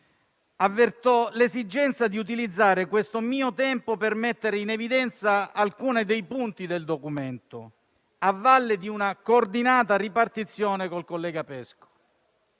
avverto l'esigenza di utilizzare il tempo a mia disposizione per mettere in evidenza alcuni punti del documento, a valle di una coordinata ripartizione col collega Pesco.